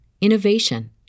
innovation